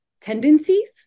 tendencies